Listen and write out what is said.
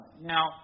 Now